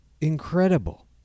incredible